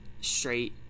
straight